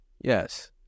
Yes